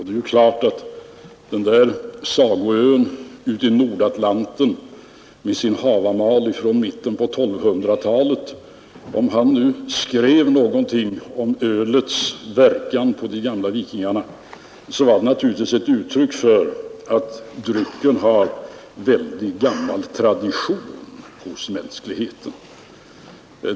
Det är klart att när man på sagoön ute i Nordatlanten i sin Havamal från mitten av 1200-talet skrev någonting om ölets verkan på de gamla vikingarna är det ett uttryck för att drycken har väldigt gammal tradition hos mänskligheten.